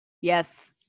yes